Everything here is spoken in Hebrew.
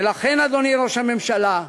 ולכן, אדוני ראש הממשלה,